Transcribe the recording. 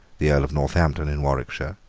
the earl of northampton in warwickshire,